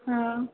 हा